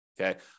Okay